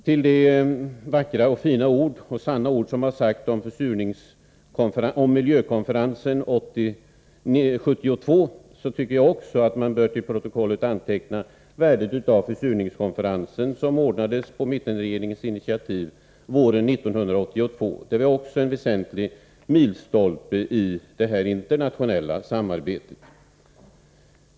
Till de vackra, fina och sanna ord som har sagts om miljökonferensen 1972 tycker jag att man också till protokollet bör anteckna värdet av den försurningskonferens som anordnades våren 1982 på mittenregeringens initiativ. Också den var en milstolpe i det internationella samarbetet.